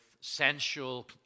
sensual